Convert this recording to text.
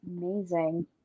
Amazing